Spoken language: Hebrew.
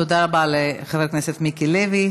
תודה רבה לחבר הכנסת מיקי לוי.